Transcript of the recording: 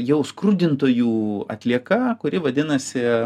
jau skrudintojų atlieka kuri vadinasi